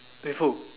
with who